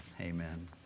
amen